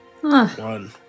One